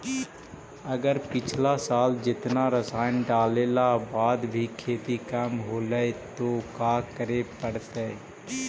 अगर पिछला साल जेतना रासायन डालेला बाद भी खेती कम होलइ तो का करे पड़तई?